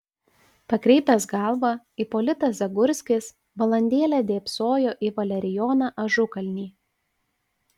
pakreipęs galvą ipolitas zagurskis valandėlę dėbsojo į valerijoną ažukalnį